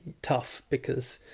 tough, because